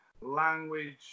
language